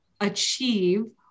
achieve